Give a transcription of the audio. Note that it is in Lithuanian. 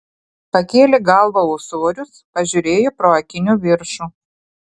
pakėlė galvą ūsorius pažiūrėjo pro akinių viršų